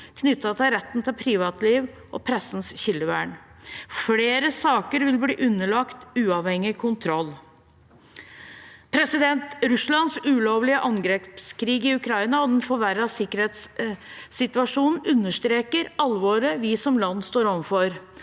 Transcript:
knyttet til retten til privatliv og pressens kildevern. Flere saker vil bli underlagt uavhengig kontroll. Russlands ulovlige angrepskrig i Ukraina og den forverrede sikkerhetssituasjonen understreker alvoret vi som land står overfor.